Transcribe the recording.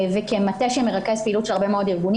וכמטה שמרכז פעילות של הרבה מאוד ארגונים